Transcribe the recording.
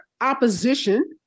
opposition